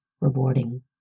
rewarding